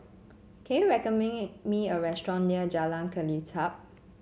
can you recommend me a restaurant near Jalan Kelichap